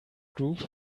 group